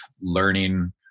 learning